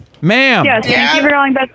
ma'am